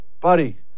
buddy